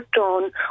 on